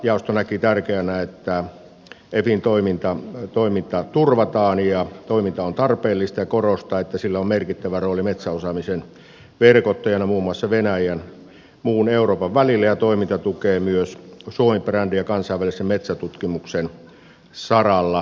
jaosto näki tärkeäksi että efin toiminta turvataan ja toiminta on tarpeellista ja korostaa että sillä on merkittävä rooli metsäosaamisen verkottajana muun muassa venäjän muun euroopan välillä ja toiminta tukee myös suomi brändiä kansainvälisen metsätutkimuksen saralla